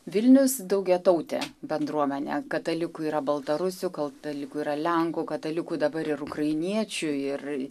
vilnius daugiatautė bendruomenė katalikų yra baltarusių katalikų yra lenkų katalikų dabar ir ukrainiečių ir